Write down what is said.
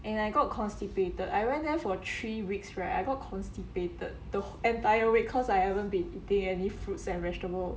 and I got constipated I went there for three weeks right I got constipated the entire week cause I haven't been eating any fruits and vegetable